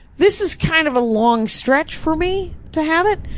this is kind of a long stretch for me to have it.